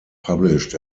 published